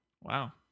Wow